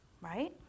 right